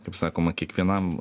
kaip sakoma kiekvienam